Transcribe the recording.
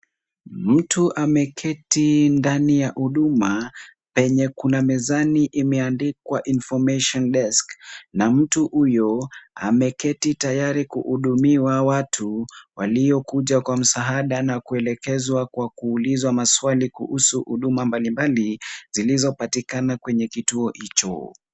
Mtu ameketi ndani ya huduma penye kuna meza imeandikwa [c]Information Desk[c] na mtu huyo ameketi tayari kuhudumia watu waliokuja kwa msaada na kuelekezwa kwa kuuliza maswali kuhusu huduma mbalimbali zilizopatikana kwenye kituo hicho.